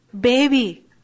baby